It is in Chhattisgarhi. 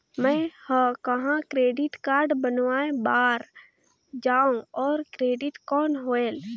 मैं ह कहाँ क्रेडिट कारड बनवाय बार जाओ? और क्रेडिट कौन होएल??